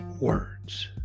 words